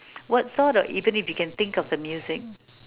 what sort of even if you can think of the music